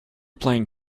playing